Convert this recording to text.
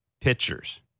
pitchers